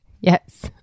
Yes